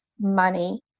money